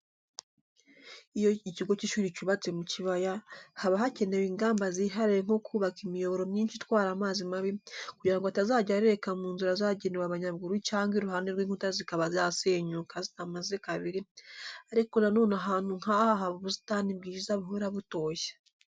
Iyo ikigo cy'ishuri cyubatse mu kibaya, haba hakenewe ingamba zihariye nko kubaka imiyoboro myinshi itwara amazi mabi, kugira ngo atazajya areka mu nzira zagenewe abanyamaguru cyangwa iruhande rw'inkuta zikaba zasenyuka zitamaze kabiri ariko na none ahantu nk'aha haba ubusitani bwiza buhora butoshye.